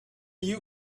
you